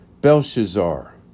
Belshazzar